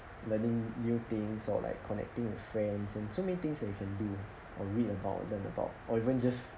learning new things or like connecting with friends and so many things that you can do or read about them about or even just